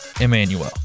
Emmanuel